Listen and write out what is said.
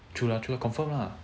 true lah true confirm lah